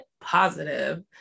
positive